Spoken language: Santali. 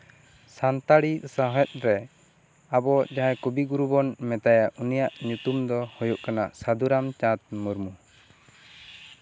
ᱥᱟᱱᱛᱟᱲᱤ ᱥᱟᱶᱦᱮᱫ ᱨᱮ ᱟᱵᱚ ᱡᱟᱦᱟᱸᱭ ᱠᱚᱵᱤᱜᱩᱨᱩ ᱵᱚᱱ ᱢᱮᱛᱟᱭᱟ ᱩᱱᱤᱭᱟᱜ ᱧᱩᱛᱩᱢ ᱫᱚ ᱦᱩᱭᱩᱜ ᱠᱟᱱᱟ ᱥᱟᱫᱷᱩ ᱨᱟᱢᱪᱟᱸᱫ ᱢᱩᱨᱢᱩ